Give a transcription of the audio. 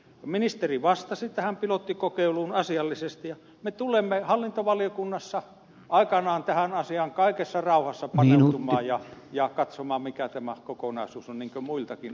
ministeri vastasi tähän pilottikokeiluun asiallisesti ja me tulemme hallintovaliokunnassa aikanaan tähän asiaan kaikessa rauhassa paneutumaan ja katsomaan mikä tämä kokonaisuus on muiltakin osin